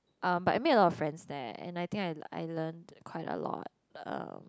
um but I made a lot of friends there and I think I I learnt quite a lot um